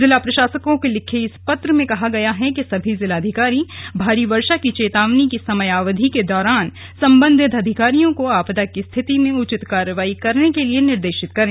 जिला प्रशासकों को लिखे इस पत्र में कहा गया है कि सभी जिलाधिकारी भारी वर्षा की चेतावनी की समयावधि के दौरान संबंधित अधिकारियों को आपदा की स्थिति में उचित कार्यवाही करने के लिए निर्देशित करें